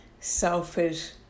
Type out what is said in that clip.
selfish